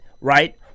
right